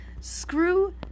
screw